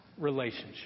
relationship